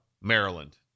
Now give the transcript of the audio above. Maryland